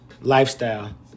lifestyle